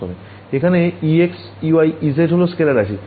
এখানে ex ey ez হল scalar রাশি